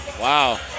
Wow